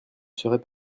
serais